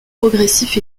progressif